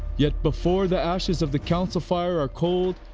yet before the ashes of the council fire are cold,